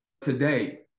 Today